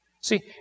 See